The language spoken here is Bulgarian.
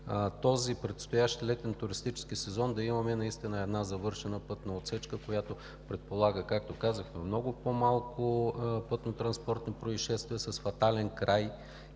този предстоящ летен туристически сезон да имаме наистина една завършена пътна отсечка, която предполага, както казахте, много по малко пътно-транспортни произшествия с фатален край